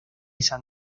san